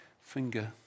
finger